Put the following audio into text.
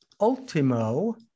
ultimo